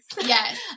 Yes